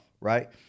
right